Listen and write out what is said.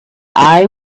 eye